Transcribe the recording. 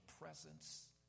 presence